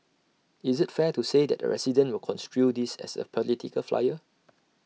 is IT fair to say that A resident will construe this as A political flyer